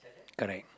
correct